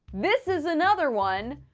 this is another one.